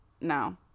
No